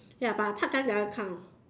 ya but I part time the other time